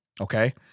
Okay